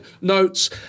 notes